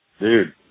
Dude